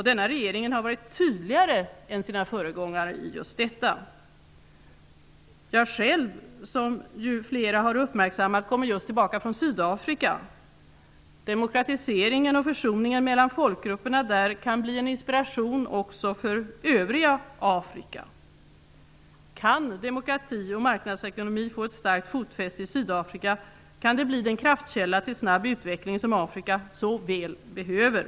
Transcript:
Denna regering har varit tydligare än sina föregångare i just denna fråga. Flera har uppmärksammat att jag har just kommit tillbaka från Sydafrika. Demokratiseringen och försoningen mellan folkgrupperna där kan bli en inspiration också för övriga Afrika. Kan demokrati och marknadsekonomi få ett starkt fotfäste i Sydafrika, kan de bli en kraftkälla till snabb utveckling som Afrika så väl behöver.